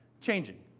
changing